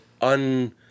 un